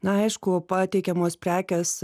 na aišku pateikiamos prekės